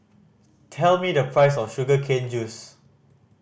tell me the price of sugar cane juice